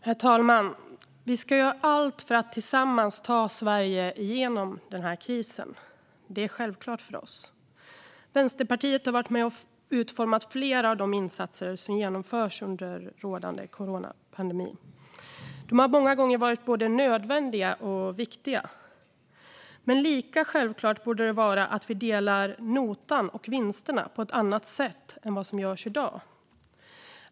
Herr talman! Vi ska göra allt för att tillsammans ta Sverige genom den här krisen. Det är självklart för oss. Vänsterpartiet har varit med och utformat flera av de insatser som genomförts under rådande coronapandemi. De har många gånger varit både nödvändiga och viktiga. Men lika självklart borde det vara att vi delar notan och vinsterna på ett annat sätt än vad som görs i dag.